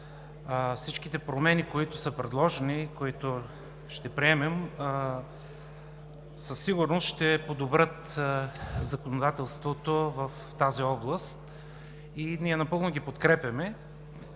Всичките промени, които са предложени, които ще приемем, със сигурност ще подобрят законодателството в тази област и ние напълно ги подкрепяме.